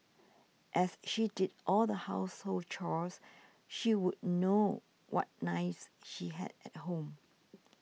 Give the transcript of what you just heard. as she did all the household chores she would know what knives he had at home